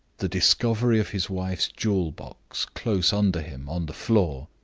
the discovery of his wife's jewel box, close under him, on the floor,